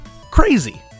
Crazy